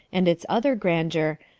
and its other grandeur,